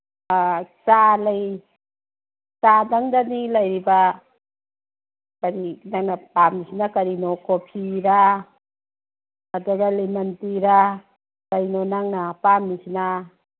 ꯑ ꯆꯥ ꯂꯩ ꯆꯥꯗꯪꯗꯅꯤ ꯂꯩꯔꯤꯕ ꯀꯔꯤ ꯅꯪꯅ ꯄꯥꯝꯃꯤꯁꯤꯅ ꯀꯔꯤꯅꯣ ꯀꯣꯐꯤꯔꯥ ꯑꯗꯒꯤ ꯂꯦꯃꯟ ꯇꯤꯔꯥ ꯀꯩꯅꯣ ꯅꯪꯅ ꯄꯥꯝꯃꯤꯁꯤꯅ